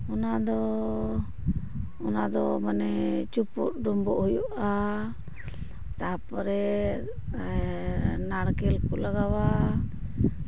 ᱚᱱᱟ ᱫᱚ ᱚᱱᱟ ᱫᱚ ᱢᱟᱱᱮ ᱪᱩᱯᱩᱫ ᱰᱩᱢᱵᱩᱜ ᱦᱩᱭᱩᱜᱼᱟ ᱛᱟᱨᱯᱚᱨᱮ ᱱᱟᱲᱠᱮᱞ ᱠᱚ ᱞᱟᱜᱟᱣᱟ